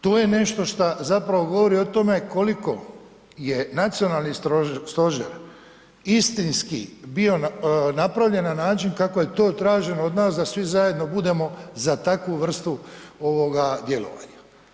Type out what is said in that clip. To je nešto šta zapravo govori o tome koliko je nacionalni stožer istinski bio napravljen na način kako je to traženo od nas da svi zajedno budemo za takvu vrstu ovoga djelovanja.